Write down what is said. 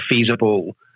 feasible